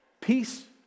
Peace